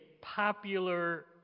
popular